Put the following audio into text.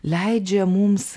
leidžia mums